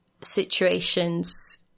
situations